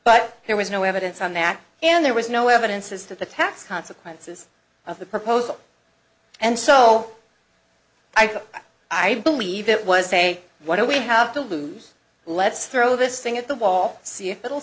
but there was no evidence on that and there was no evidence as to the tax consequences of the proposal and so i thought i believe it was say what do we have to lose let's throw this thing at the wall see if it'll